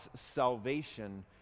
salvation